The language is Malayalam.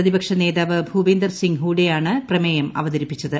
പ്രതിപക്ഷ നേതാവ് ഭൂപേന്ദർ സിങ്ങ് ഹൂഡയാണ് പ്രമേയം അവതരിപ്പിച്ചത്